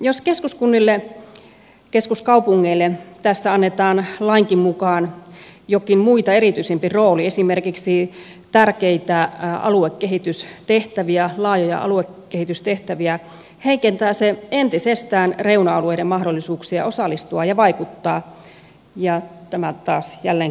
jos keskuskunnille keskuskaupungeille tässä annetaan lainkin mukaan jokin muita erityisempi rooli esimerkiksi tärkeitä aluekehitystehtäviä laajoja aluekehitystehtäviä heikentää se entisestään reuna alueiden mahdollisuuksia osallistua ja vaikuttaa ja tämä taas jälleen kerran keskittää